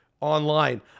online